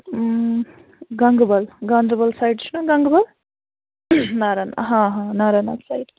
گَنٛگہٕ بل گانٛدربل سایڈٕ چھُنا گنٛگہٕ بَل نارا ہاں ہاں ناراناگ سایڈٕ